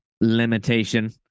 limitation